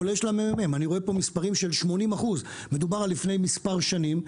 כולל של המ.מ.מ אני רואה מספרים של 80%. מדובר על לפני מספר שנים,